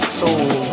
soul